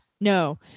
No